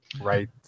right